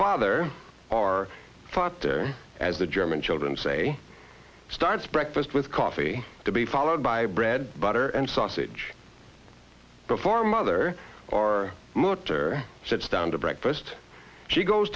father are fought there as the german children say starts breakfast with coffee to be followed by bread butter and sausage before mother our motor sits down to breakfast she goes